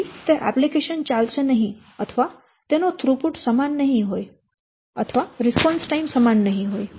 તેથી તે એપ્લિકેશન ચાલશે નહીં અથવા તેનો થ્રુપુટ સમાન નહીં હોય અથવા રિસ્પોન્સ ટાઈમ સમાન નહીં હોય